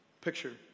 picture